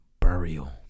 burial